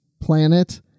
planet